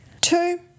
Two